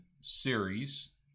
series